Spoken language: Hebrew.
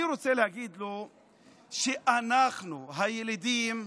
אני רוצה להגיד לו שאנחנו, הילידים,